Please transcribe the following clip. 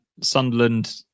Sunderland